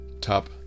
top